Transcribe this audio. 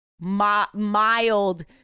mild